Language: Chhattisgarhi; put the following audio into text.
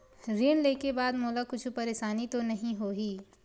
ऋण लेके बाद मोला कुछु परेशानी तो नहीं होही?